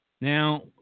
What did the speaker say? Now